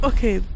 Okay